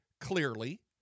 clearly